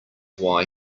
why